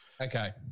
Okay